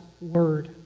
word